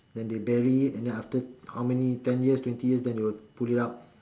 then they bury it and then after how many ten years twenty years then they will pull it out